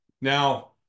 now